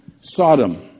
Sodom